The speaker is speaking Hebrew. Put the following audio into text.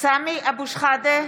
שחאדה,